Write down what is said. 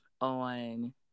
on